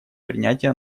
принятия